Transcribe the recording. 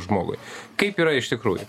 žmogui kaip yra iš tikrųjų